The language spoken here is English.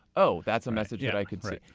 oh, that's a message that i see.